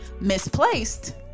misplaced